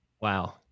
Wow